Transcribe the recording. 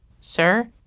Sir